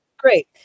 Great